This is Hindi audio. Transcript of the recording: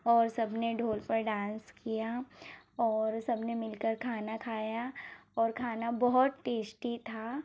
और सब ने ढोल पर डांस किया और सब ने मिलकर खाना खाया और खाना बहुत टेस्टी था